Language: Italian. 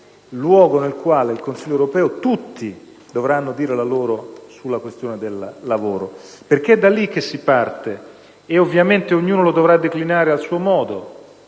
luogo nel quale tutti dovranno dire la loro sulla questione del lavoro, perché è da lì che si parte. E ovviamente, ognuno la dovrà declinare a suo modo.